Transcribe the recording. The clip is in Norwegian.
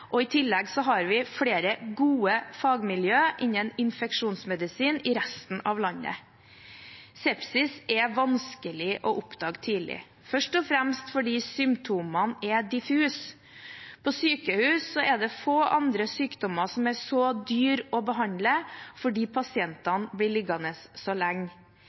og i tillegg har vi flere gode fagmiljø innen infeksjonsmedisin i resten av landet. Sepsis er vanskelig å oppdage tidlig, først og fremst fordi symptomene er diffuse. På sykehus er det få andre sykdommer som er så dyre å behandle. Det er fordi pasientene blir liggende så lenge.